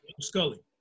Scully